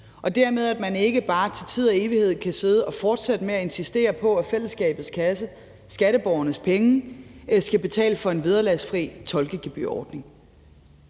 man dermed ikke bare for tid og evighed kan sidde og fortsætte med at insistere på, at fællesskabets kasse, altså skatteborgernes penge, skal betale for en vederlagsfri tolkegebyrordning.